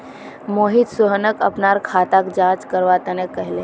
मोहित सोहनक अपनार खाताक जांच करवा तने कहले